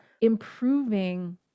improving